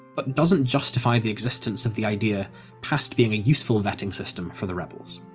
but doesn't justify the existence of the idea past being a useful vetting system for the rebels.